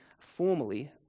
formally